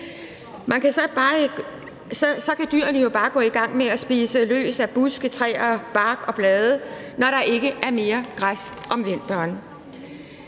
Så kan dyrene jo bare gå i gang med at spise løs af buske, træer, bark og blade, når der ikke er mere græs om vinteren.